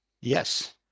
Yes